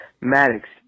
Maddox